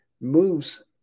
moves